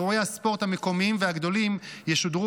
אירועי הספורט המקומיים והגדולים ישודרו